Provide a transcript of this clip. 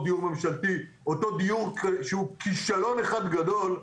הדיור הממשלתי הוא כישלון אחד גדול,